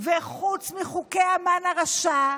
וחוץ מחוקי המן הרשע,